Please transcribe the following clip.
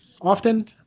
often